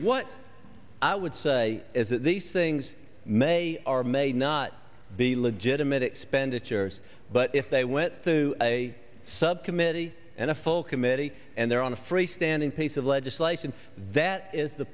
what i would say is that these things may or may not be legitimate expenditures but if they went through a subcommittee and a full committee and there on a freestanding piece of legislation that is the